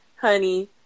honey